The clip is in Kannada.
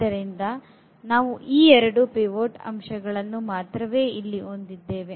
ಆದ್ದರಿಂದ ನಾವು ಈ ಎರಡು ಪಿವೋಟ್ ಅಂಶಗಳನ್ನು ಮಾತ್ರ ಇಲ್ಲಿ ಹೊಂದಿದ್ದೇವೆ